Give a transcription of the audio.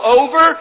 over